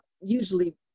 usually